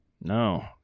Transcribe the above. No